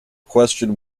question